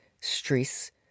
stress